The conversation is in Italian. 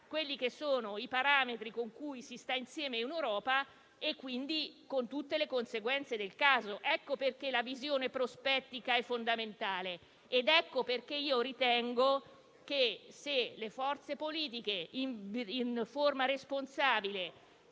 ridiscuterà i parametri con cui si sta insieme in Europa, con tutte le conseguenze del caso. Ecco perché la visione prospettica è fondamentale ed ecco perché ritengo che, se le forze politiche con grande fatica